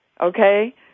Okay